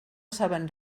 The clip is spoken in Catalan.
saben